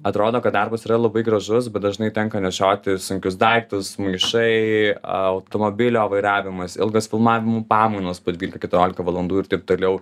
atrodo kad darbas yra labai gražus bet dažnai tenka nešioti sunkius daiktus maišai automobilio vairavimas ilgos filmavimo pamainos po dvylika keturiolika valandų ir taip toliau